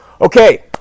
Okay